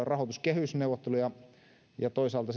rahoituskehysneuvotteluja ja toisaalta